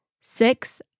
Six